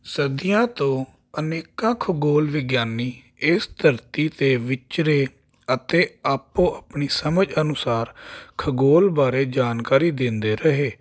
ਸਦੀਆਂ ਤੋਂ ਅਨੇਕਾਂ ਖਗੋਲ ਵਿਗਿਆਨੀ ਇਸ ਧਰਤੀ 'ਤੇ ਵਿਚਰੇ ਅਤੇ ਆਪੋ ਆਪਣੀ ਸਮਝ ਅਨੁਸਾਰ ਖਗੋਲ ਬਾਰੇ ਜਾਣਕਾਰੀ ਦਿੰਦੇ ਰਹੇ